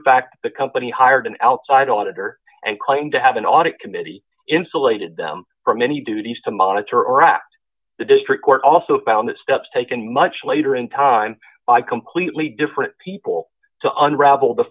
fact the company hired an outside auditor and claimed to have an audit committee insulated from any duties to monitor or act the district court also found the steps taken much later in time by completely different people to unravel the